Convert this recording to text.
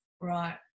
right